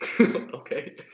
Okay